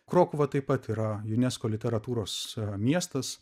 krokuva taip pat yra unesco literatūros miestas